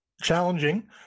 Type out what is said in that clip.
challenging